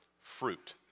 fruit